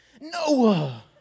Noah